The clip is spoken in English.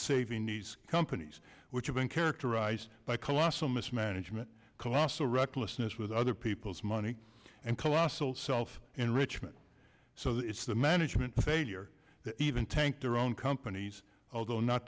saving these companies which have been characterized by colossal mismanagement colossal recklessness with other people's money and colossal self enrichment so it's the management failure that even tanked their own companies although not